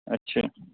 ਅੱਛਾ